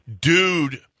Dude